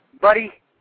buddy